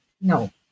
no